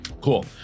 Cool